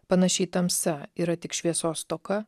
panašiai tamsa yra tik šviesos stoka